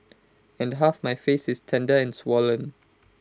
and half my face is tender and swollen